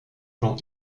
plan